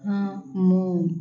ହଁ ମୁଁ